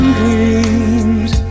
dreams